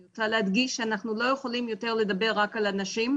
אני רוצה להדגיש שאנחנו לא יכולים לדבר יותר רק על הנשים,